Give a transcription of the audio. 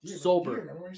sober